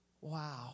wow